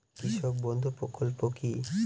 কৃষক বন্ধু প্রকল্প কি?